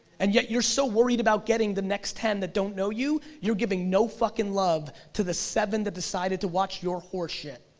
and yet you're so worried about getting the next ten that don't know you, you're giving no fucking love to the seven that decided to watch your horse shit.